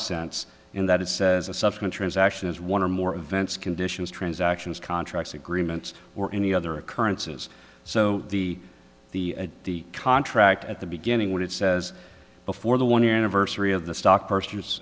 sense in that it says a subsequent transaction is one or more events conditions transactions contracts agreements or any other occurrences so the the the contract at the beginning what it says before the one year anniversary of the stock pers